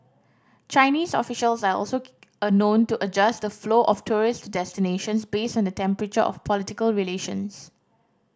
Chinese officials are also a known to adjust the flow of tourists to destinations based on the temperature of political relations